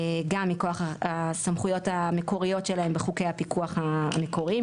גם מכוח הסמכויות המקוריות שלהם בחוקי הפיקוח המקוריים,